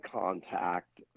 contact